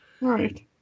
right